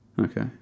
Okay